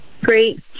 Great